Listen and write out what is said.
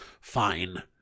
fine